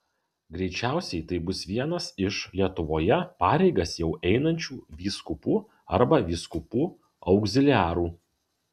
greičiausiai tai bus vienas iš lietuvoje pareigas jau einančių vyskupų arba vyskupų augziliarų